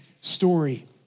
story